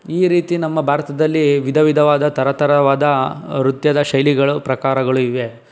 ಈ ರೀತಿ ನಮ್ಮ ಭಾರತದಲ್ಲಿ ವಿಧವಿಧವಾದ ಥರ ಥರವಾದ ನೃತ್ಯದ ಶೈಲಿಗಳು ಪ್ರಕಾರಗಳು ಇವೆ